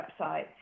website